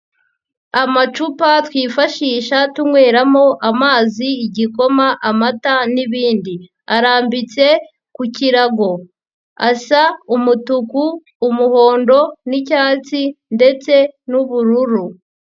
Amacupa twifashisha tunyweramo amazi, igikoma, amata n'ibindi, arambitse ku kirago asa umutuku umuhondo n'icyatsi ndetse n'ubururu.